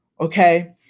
Okay